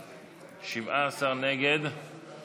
ובגלל זה ראינו שרוב הליקויים לא תוקנו ולא